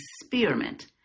experiment